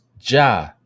Ja